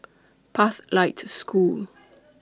Pathlight School